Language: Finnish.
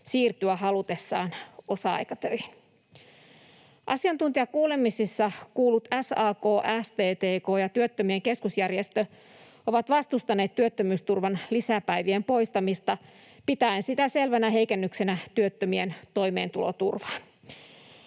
siirtyä halutessaan osa-aikatöihin. Asiantuntijakuulemisissa kuullut SAK, STTK ja Työttömien Keskusjärjestö ovat vastustaneet työttömyysturvan lisäpäivien poistamista pitäen sitä selvänä heikennyksenä työttömien toimeentuloturvaan.